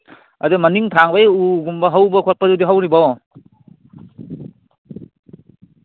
ꯑꯗꯣ ꯃꯅꯤꯡ ꯊꯪꯕꯒꯤ ꯎꯒꯨꯝꯕ ꯍꯧꯕ ꯈꯣꯠꯄꯗꯨ ꯍꯧꯔꯤꯕꯣ